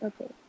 Okay